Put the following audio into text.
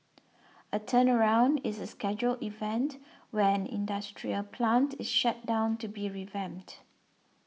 a turnaround is a scheduled event where an industrial plant is shut down to be revamped